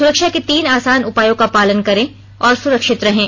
सुरक्षा के तीन आसान उपायों का पालन करें और सुरक्षित रहें